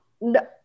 No